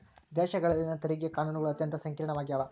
ದೇಶಗಳಲ್ಲಿನ ತೆರಿಗೆ ಕಾನೂನುಗಳು ಅತ್ಯಂತ ಸಂಕೀರ್ಣವಾಗ್ಯವ